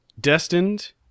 Destined